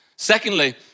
Secondly